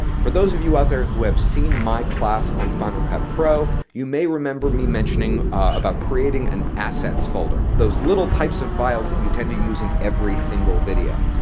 for those of you out there who have seen my class on final cut pro you may remember me mentioning about creating an assets folder. those little types of files that you tend to use in every single video.